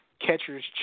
catcher's